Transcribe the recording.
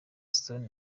stone